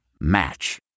Match